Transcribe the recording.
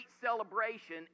celebration